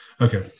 Okay